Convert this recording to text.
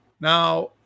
Now